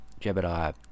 jebediah